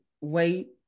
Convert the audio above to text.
wait